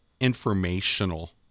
informational